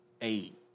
eight